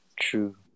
true